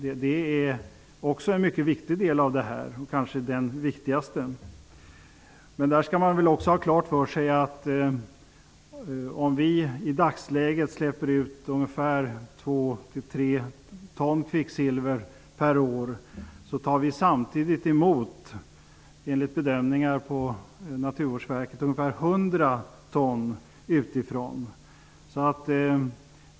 Det är en mycket viktig del i detta -- kanske den viktigaste. Man skall också ha klart för sig, att om vi i dagsläget släpper ut ungefär 2--3 ton kvicksilver per år så tar vi samtidigt emot ungefär 100 ton utifrån, enligt Naturvårdsverkets bedömningar.